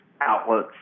outlets